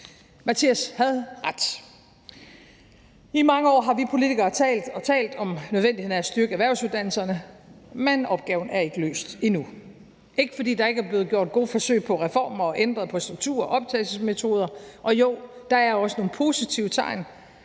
Mathias havde ret. Kl. 09:16 I mange år har vi politikere talt og talt om nødvendigheden af at styrke erhvervsuddannelserne, men opgaven er ikke løst endnu. Det er ikke, fordi der ikke er gjort gode forsøg på reformer og er blevet ændret på strukturer og optagelsesmetoder. Og jo, der er også nogle positive tegn.